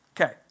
Okay